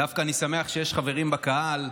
דווקא אני שמח שיש חברים בקהל,